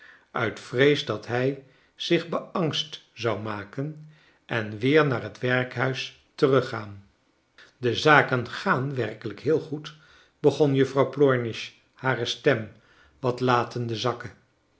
uit vrees dat hij zich beangst zou maken en weer naar het werkhuis teruggaan de zaken gaan werkelrjk heel goed begon juffrouw plornish hare stem wat latende zakken